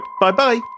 Bye-bye